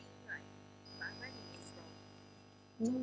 mm